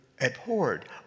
abhorred